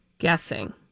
guessing